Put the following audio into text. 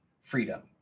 freedom